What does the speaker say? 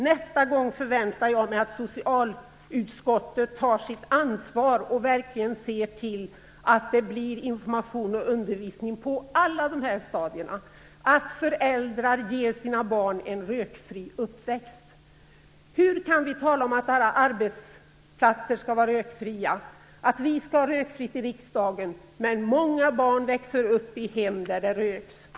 Nästa gång förväntar jag mig att socialutskottet tar sitt ansvar och verkligen ser till att det blir information och undervisning på alla stadier och att föräldrar ger sina barn en rökfri uppväxt. Hur kan vi tala om att alla arbetsplatser skall vara rökfria och att vi skall ha det rökfritt i riksdagen när många barn växer upp i hem där det röks?